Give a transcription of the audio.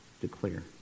declare